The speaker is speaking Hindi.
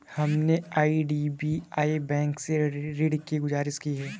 हमने आई.डी.बी.आई बैंक से ऋण की गुजारिश की है